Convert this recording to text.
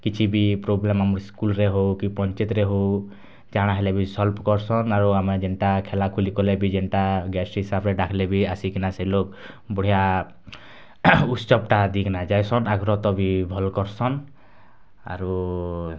କିଛି ବି ପ୍ରୋବଲେମ୍ ଆମର୍ ସ୍କୁଲ୍ରେ ହୋଉ କି ପଞ୍ଚାୟତ୍ରେ ହୋଉ ଜାଣା ହେଲେ ବି ସଲ୍ଭ କର୍ସନ୍ ଆଉ ଆମେ ଯେନ୍ଟା ଖେଲା ଖୁଲି କଲେ ବି ଯେନ୍ଟା ଗେଷ୍ଟ୍ ହିସାବ୍ରେ ଡାକ୍ଲେ ବି ଆସିକିନା ସେ ଲୋକ୍ ବଢ଼ିଆ ଉତ୍ସବ୍ ଟା ଦେଇକିନା ଯାଏସନ୍ ଆଗ୍ରହ ତ ବି ଭଲ୍ କର୍ସନ୍ ଆରୁ